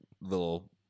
little